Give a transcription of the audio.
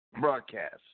broadcast